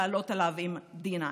לעלות עליו עם D9